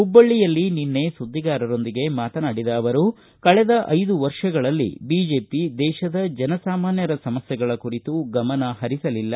ಹುಬ್ಲಳ್ಳಿಯಲ್ಲಿ ನಿನ್ನೆ ಸುದ್ದಿಗಾರರೊಂದಿಗೆ ಮಾತನಾಡಿದ ಅವರು ಕಳೆದ ಐದು ವರ್ಷಗಳಲ್ಲಿ ಬಿಜೆಪಿ ದೇಶದ ಜನಸಾಮಾನ್ಹರ ಸಮಸ್ಥೆಗಳ ಕುರಿತು ಗಮನ ಪರಿಸಲಿಲ್ಲ